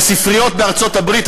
והספריות בארצות-הברית,